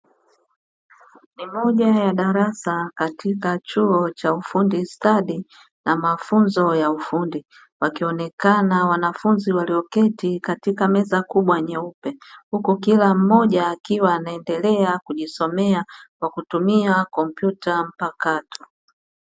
Ni moja ya darasa katika chuo cha ufundi stadi na mafunzo ya ufundi, wakionekana wanafunzi walioketi katika meza kubwa nyeupe, huku kila mmoja akiwa anaendelea kujisomea kwa kutumia kompyuta mpakato.